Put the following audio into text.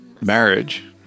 marriage